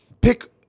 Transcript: pick